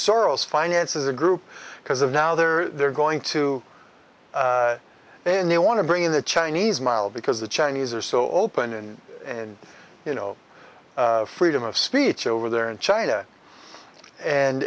soros finances a group because of now they're going to and they want to bring in the chinese mile because the chinese are so open and and you know freedom of speech over there in china and